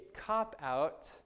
cop-out